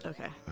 Okay